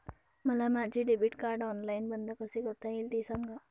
मला माझे debit card online बंद कसे करता येईल, ते सांगा